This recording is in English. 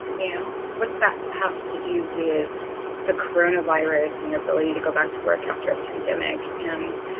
you know what's that have to do with the corona virus and your ability to go back to work after a pandemic? and,